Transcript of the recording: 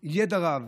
ידע רב,